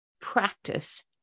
practice